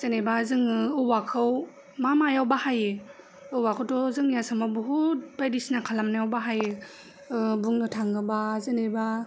जेनेबा जों औवाखौ मा मायाव बाहायो औवाखौथ' जोंनि आसामाव बुहुथ' बायदिसिना खालामनायाव बाहायो बुंनो थाङोबा जेनेबा